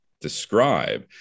describe